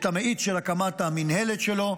מאיץ את הקמת המינהלת שלו,